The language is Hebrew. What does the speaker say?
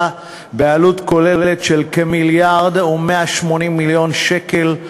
בעלות כוללת של כ-1.18 מיליארד שקל.